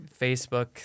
Facebook